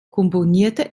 komponierte